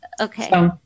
Okay